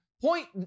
Point